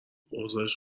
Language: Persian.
اوضاش